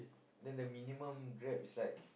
then the minimum Grab is like